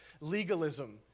legalism